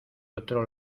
otro